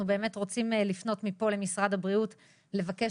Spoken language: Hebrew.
אנחנו באמת רוצים לפנות מפה למשרד הבריאות ולבקש